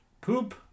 Poop